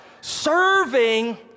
serving